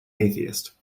atheist